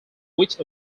which